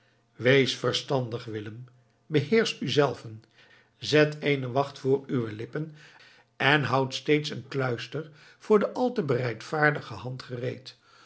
wees verstandig willem beheersch uzelven zet eene wacht voor uwe lippen en houd steeds een kluister voor de al te bereidvaardige hand gereed